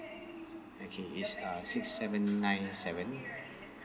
okay it's uh six seven nine seven